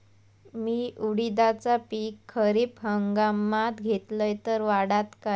मी उडीदाचा पीक खरीप हंगामात घेतलय तर वाढात काय?